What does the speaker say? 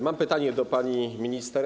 Mam pytanie do pani minister.